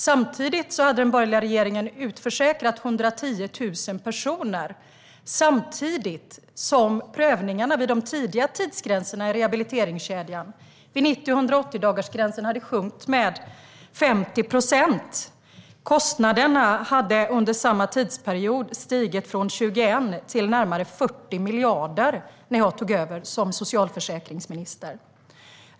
Samtidigt hade den borgerliga regeringen utförsäkrat 110 000 personer medan prövningarna vid de tidiga tidsgränserna i rehabiliteringskedjan, vid 90 och 180-dagarsgränsen, hade sjunkit med 50 procent. Kostnaderna hade under samma tidsperiod stigit från 21 miljarder till närmare 40 miljarder när jag tog över som socialförsäkringsminister.